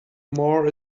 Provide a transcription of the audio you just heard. more